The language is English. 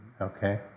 okay